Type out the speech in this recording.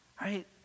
right